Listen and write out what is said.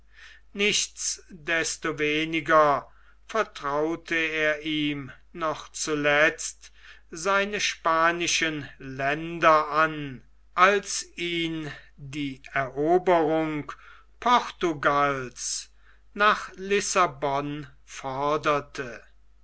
nichtsdestoweniger vertraute er ihm noch zuletzt seine spanischen länder an als ihn die eroberung portugals nach lissabon forderte